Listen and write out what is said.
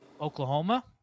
oklahoma